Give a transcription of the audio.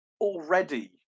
already